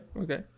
okay